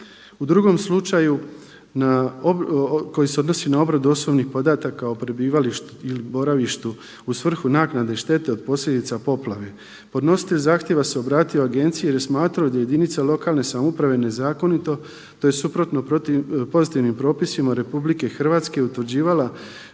U drugom slučaju koji se odnosi na obradu podataka o prebivalištu ili boravištu u svrhu naknade štete od posljedica poplave, podnositelj zahtjeva se obratio agenciji jer je smatrao da jedinica lokalne samouprave nezakonito tj. suprotno pozitivnim propisima RH utvrđivala